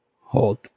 hold